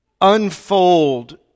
unfold